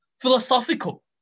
philosophical